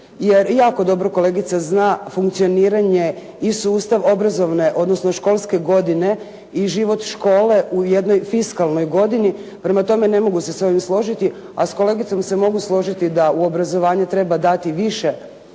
Jer jako dobro kolegica zna funkcioniranje i sustav obrazovne, odnosno školske godine i život škole u jednoj fiskalnoj godini. Prema tome, ne mogu se s ovim složiti, a s kolegicom se mogu složiti da u obrazovanje treba dati više